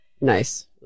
Nice